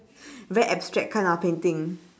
very abstract kind of painting